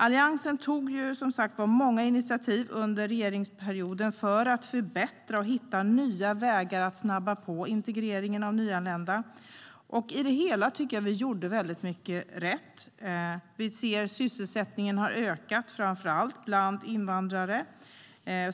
Alliansen tog, som sagt, många initiativ under sin regeringsperiod för att förbättra och hitta nya vägar för att snabba på integreringen av nyanlända. På det hela taget tycker jag att vi gjorde väldigt mycket rätt. Sysselsättningen har ökat, framför allt bland invandrare.